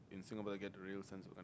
in Singapore to get the real sense of it